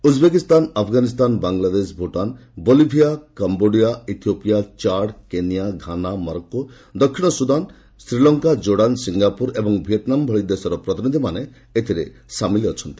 Uzbekistan Afghanistan Bangladesh Bhutan Bolivia Cambodia Ethiopia Chad Kenya Ghana Morocco ଦକ୍ଷିଣ Sudan Sri Lanka Jordan Singapore ଓ Vietnam ଭଳି ଦେଶର ପ୍ରତିନିଧିମାନେ ଏଥିରେ ସାମିଲ ଅଛନ୍ତି